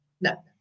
No